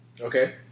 Okay